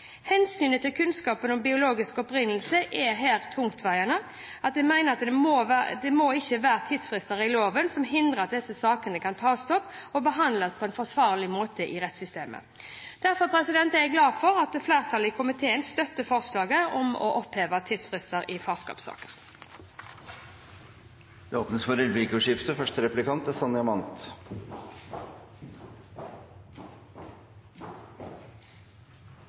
Hensynet til kunnskap om biologisk opprinnelse er her så tungtveiende at jeg mener det ikke skal være tidsfrister i loven som hindrer at disse sakene kan tas opp og behandles på en forsvarlig måte i rettssystemet. Derfor er jeg glad for at flertallet i komiteen støtter forslaget om å oppheve tidsfristene i farskapssaker. Det blir replikkordskifte.